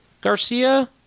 Garcia